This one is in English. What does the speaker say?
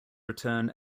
return